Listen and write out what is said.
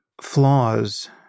flaws